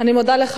אני מודה לך.